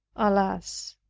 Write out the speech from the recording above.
alas!